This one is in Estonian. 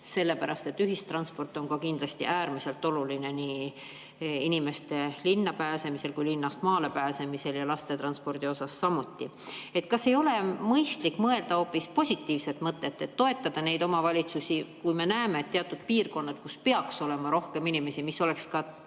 kärpida. Ühistransport on kindlasti äärmiselt oluline nii inimeste linna pääsemisel kui ka linnast maale pääsemisel, ja laste transpordiga on samuti. Kas ei oleks mõistlik mõelda hoopis positiivset mõtet, et toetada neid omavalitsusi, kui me näeme, et on teatud piirkonnad, kus peaks olema rohkem inimesi, mis oleks ka